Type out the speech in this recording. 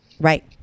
Right